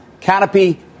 Canopy